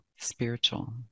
spiritual